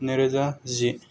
नैरोजा जि